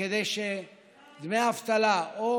וכדי שדמי האבטלה או